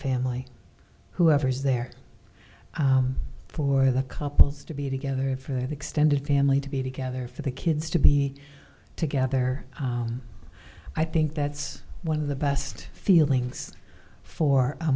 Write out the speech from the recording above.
family whoever's there for the couples to be together for the extended family to be together for the kids to be together i think that's one of the best feelings